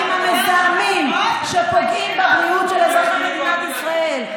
להיטיב עם המזהמים שפוגעים בבריאות של אזרחי מדינת ישראל.